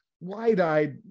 wide-eyed